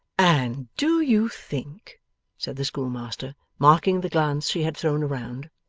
and do you think said the schoolmaster, marking the glance she had thrown around,